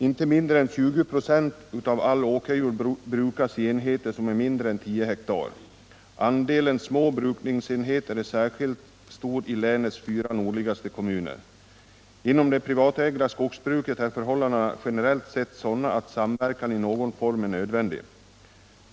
Inte mindre än 20 26 av all åkerjord brukas i enheter som är mindre än tio hektar. Andelen små brukningsenheter är särskilt stor i länets fyra nordligaste kommuner. Inom det privatägda skogsbruket är förhållandena generellt sett sådana att samverkan i någon form är nödvändig.